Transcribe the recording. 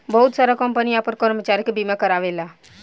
बहुत सारा कंपनी आपन कर्मचारी के बीमा कारावेला